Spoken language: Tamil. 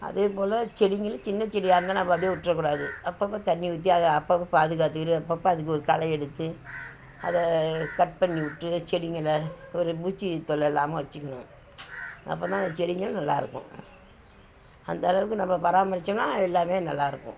அதேபோல் செடிங்களும் சின்ன செடியாக இருந்தால் நம்ம அப்படே விட்ற கூடாது அப்பப்போ தண்ணி ஊற்றி அதை அப்பப்போ பாதுகாத்துக்கிட்டு அப்பப்போ அதுக்கு ஒரு களை எடுத்து அதை கட் பண்ணிஉட்டு செடிங்களை ஒரு பூச்சி தொல்லை இல்லாம வச்சிக்கணும் அப்போதான் அந்த செடிங்கள் நல்லாயிருக்கும் அந்த அளவுக்கு நம்ம பராமரிச்சோன்னால் எல்லாமே நல்லாயிருக்கும்